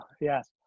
Yes